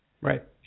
Right